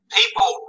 People